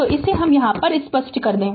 तो तो इसे हम यहाँ स्पष्ट कर दे